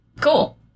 Cool